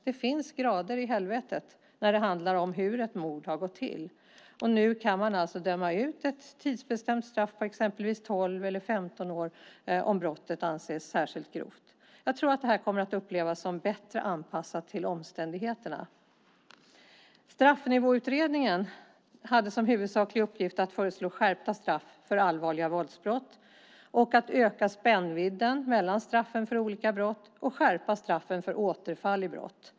Det finns grader i helvetet när det handlar om hur ett mord har gått till. Nu kan man alltså döma ut ett tidsbestämt straff på exempelvis 12 eller 15 år om brottet anses särskilt grovt. Jag tror att det kommer att upplevas som bättre anpassat till omständigheterna. Straffnivåutredningen hade som huvudsaklig uppgift att föreslå skärpta straff för allvarliga våldsbrott och att öka spännvidden mellan straffen för olika brott och skärpa straffen för återfall i brott.